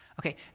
Okay